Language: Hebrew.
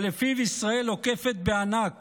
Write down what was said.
שלפיו ישראל עוקפת בענק